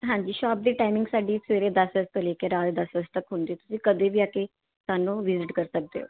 ਹਾਂਜੀ ਸ਼ੋਪ ਦੀ ਟਾਈਮਿੰਗ ਸਾਡੀ ਸਵੇਰੇ ਦਸ ਵਜੇ ਤੋਂ ਲੈ ਕੇ ਰਾਤ ਦੇ ਦਸ ਵਜੇ ਤੱਕ ਹੁੰਦੀ ਤੁਸੀਂ ਕਦੇ ਵੀ ਆ ਕੇ ਸਾਨੂੰ ਵਿਜ਼ਿਟ ਕਰ ਸਕਦੇ ਹੋ